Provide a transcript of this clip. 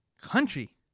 country